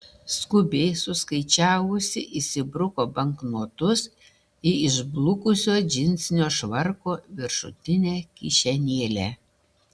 skubiai suskaičiavusi įsibruko banknotus į išblukusio džinsinio švarko viršutinę kišenėlę